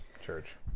church